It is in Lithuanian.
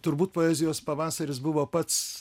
turbūt poezijos pavasaris buvo pats